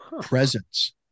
presence